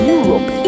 Europe